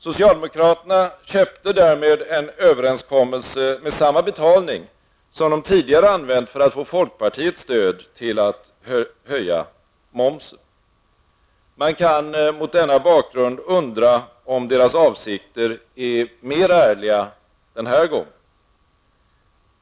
Socialdemokraterna köpte därmed en överenskommelse med samma betalning som de tidigare använt för att få folkpartiets stöd till att höja momsen. Man kan mot den bakgrunden undra om deras avsikter är ärligare den här gången.